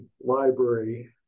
library